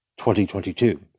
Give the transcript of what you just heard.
2022